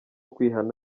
kwihana